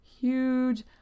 huge